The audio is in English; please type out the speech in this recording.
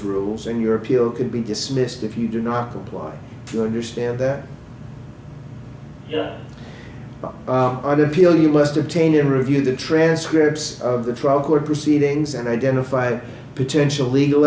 rules and your appeal can be dismissed if you do not comply to understand that but i don't feel you must attain and review the transcripts of the trial court proceedings and identify potential legal